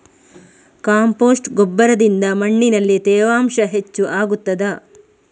Compost ಗೊಬ್ಬರದಿಂದ ಮಣ್ಣಿನಲ್ಲಿ ತೇವಾಂಶ ಹೆಚ್ಚು ಆಗುತ್ತದಾ?